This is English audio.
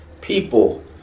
people